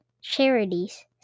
charities